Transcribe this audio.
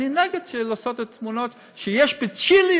אני נגד לשים את התמונות ששמים בצ'ילה